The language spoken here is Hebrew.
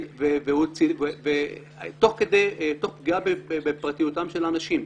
תוך פגיעה בפרטיותם של אנשים.